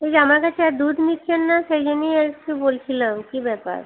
উনি আমার কাছে আর দুধ নিচ্ছেন না সেই জন্যেই আমি বলছিলাম কী ব্যাপার